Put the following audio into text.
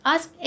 Ask